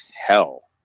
hell